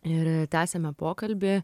ir tęsiame pokalbį